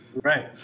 Right